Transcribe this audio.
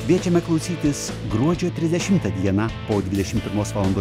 kviečiame klausytis gruodžio trisdešimtą dieną po dvidešimt pirmos valandos